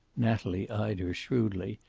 natalie eyed her shrewdly,